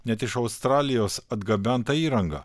net iš australijos atgabenta įranga